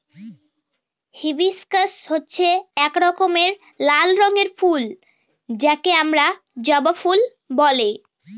hibiscus হচ্ছে এক রকমের লাল রঙের ফুল যাকে আমরা জবা ফুল বলে